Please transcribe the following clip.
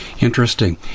Interesting